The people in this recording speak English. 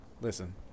Listen